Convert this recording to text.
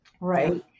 right